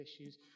issues